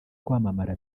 kwamamara